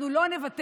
אנחנו לא נוותר.